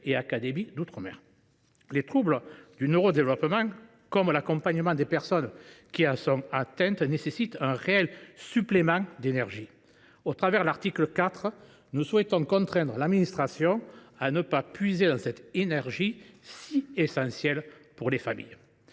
et académie d’outre mer. Les troubles du neurodéveloppement, comme l’accompagnement des personnes qui en sont atteintes, nécessitent un réel supplément d’énergie. Au travers de l’article 4, nous souhaitons contraindre l’administration à ne pas puiser dans cette énergie, si essentielle pour les familles.